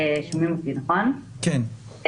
אז ככה,